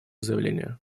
заявление